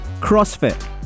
CrossFit